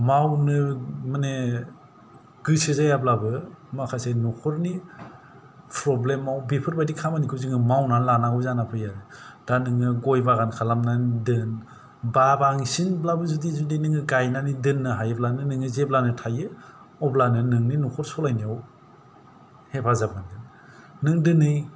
मावनो माने गोसो जायाब्लाबो माखासे नखरनि प्रब्लेमाव बेफोरबादि खामानिखौ जोङो मावनानै लानांगौ जानानै फैयो आरो दा नोङो गय बागान खालामनानै दोन बाबांसिनब्लाबो जुदि नोङो गायनानै दोन्नो हायोब्लानो नोङो जेब्लानो थाइयो अब्लानो नोंनि न'खर सलायनायाव हेफाजाब मोनगोन नों दोनै